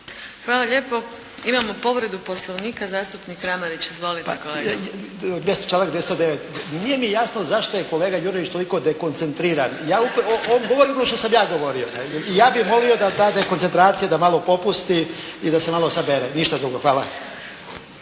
Hvala lijepo. Imamo povredu Poslovnika zastupnik Kramarić. Izvolite kolega. **Kramarić, Zlatko (HSLS)** Članak 209. Nije mi jasno zašto je kolega Jurjević toliko dekoncentriran. On govori ono što sam ja govorio. Ja bih molio da ta dekoncentracija da malo popusti i da se malo sabere. Ništa drugo, hvala.